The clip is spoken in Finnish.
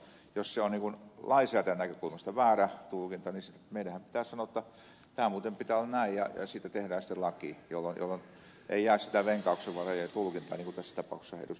jos se on lainsäätäjän näkökulmasta väärä tulkinta niin meidänhän pitää sanoa että tämän muuten pitää olla näin ja siitä tehdään sitten laki jolloin ei jää sitä venkauksenvarojen puutetta yhdestä poksahdus